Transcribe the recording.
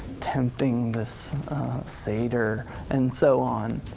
tempting this satyr and so on.